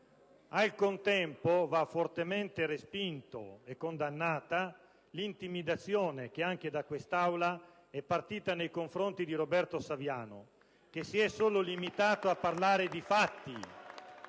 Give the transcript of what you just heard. Al contempo va fortemente respinta e condannata l'intimidazione che anche da quest'Aula è partita nei confronti di Roberto Saviano, che si è solo limitato a parlare di fatti.